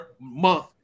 month